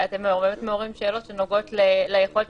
ואתם באמת מעוררים שאלות שנוגעות ליכולת